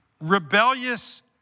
rebellious